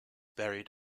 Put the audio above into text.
buried